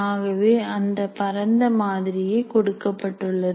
ஆகவே அந்த பரந்த மாதிரியே கொடுக்கப்பட்டுள்ளது